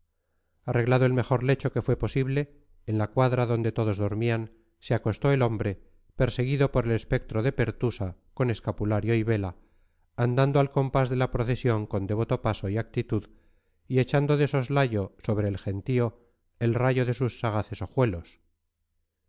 arreglado el mejor lecho que fue posible en la cuadra donde todos dormían se acostó el hombre perseguido por el espectro de pertusa con escapulario y vela andando al compás de la procesión con devoto paso y actitud y echando de soslayo sobre el gentío el rayo de sus sagaces ojuelos